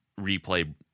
replay